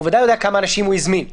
הוא ודאי יודע כמה אנשים הוא הזמין.